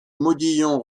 modillons